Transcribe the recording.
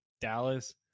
dallas